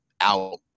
out